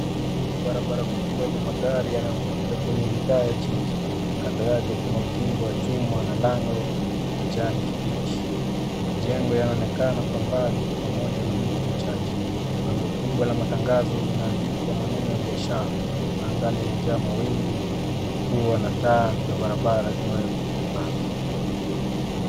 Hii ni baranara kubwa yenye magari yanayopita kwenye mitaa ya jiji. Kando yake kuna ukingo wa chuma na lango la kijani kibichi. Majengo yanaonekana kwa mbali pamoja na miti michache. Bango kubwa la matangazo limeandikwa maneno ya biashara. Anga limejaa mawingu ya mvua na taa za barabara zimewekwa kwa mbali.